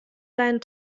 deinen